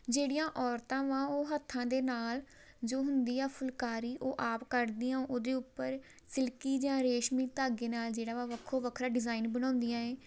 ਜਿਹੜੀਆਂ ਔਰਤਾਂ ਵਾ ਉਹ ਹੱਥਾਂ ਦੇ ਨਾਲ ਜੋ ਹੁੰਦੀ ਆ ਫੁਲਕਾਰੀ ਉਹ ਆਪ ਕੱਢਦੀਆਂ ਉਹਦੇ ਉੱਪਰ ਸਿਲਕੀ ਜਿਹਾ ਰੇਸ਼ਮੀ ਧਾਗੇ ਨਾਲ ਜਿਹੜਾ ਵਾ ਵੱਖੋ ਵੱਖਰਾ ਡਿਜ਼ਾਇਨ ਬਣਾਉਂਦੀਆਂ ਹੈ